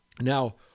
Now